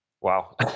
Wow